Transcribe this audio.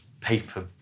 paper